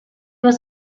was